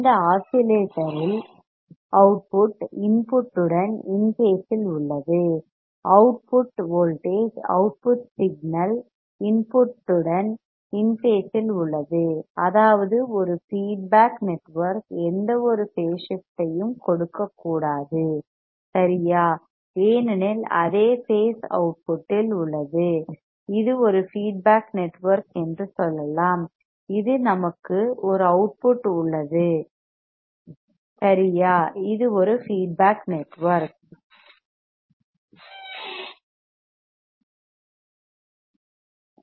இந்த ஆஸிலேட்டரின் output input உடன் இன் பேஸ் இல் உள்ளது output voltage output signal input உடன் இன் பேஸ் இல் உள்ளது அதாவது ஒரு ஃபீட்பேக் நெட்வொர்க் எந்தவொரு பேஸ் ஷிப்ட் ஐயும் கொடுக்கக்கூடாது சரியா ஏனெனில் அதே பேஸ் அவுட்புட்டில் உள்ளது இது ஒரு ஃபீட்பேக் நெட்வொர்க் என்று சொல்லலாம் இது நமக்கு ஒரு அவுட்புட் உள்ளது சரியா இது ஒரு ஃபீட்பேக் நெட்வொர்க்